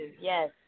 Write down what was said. Yes